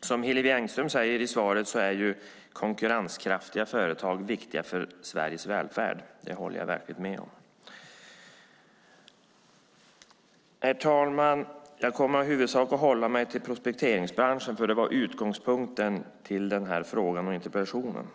Som Hillevi Engström säger i svaret är konkurrenskraftiga företag viktiga för Sveriges välfärd. Det håller jag verkligen med om. Herr talman! Jag kommer i huvudsak att hålla mig till prospekteringsbranschen, för det var utgångspunkten för min fråga och för den här interpellationen.